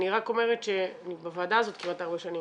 אני בוועדה הזאת כמעט ארבע שנים,